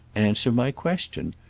answer my question.